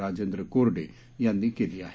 राजेंद्र कोरडे यांनी केली आहे